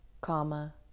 comma